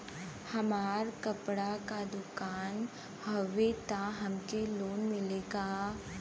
हमार कपड़ा क दुकान हउवे त हमके लोन मिली का?